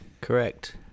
Correct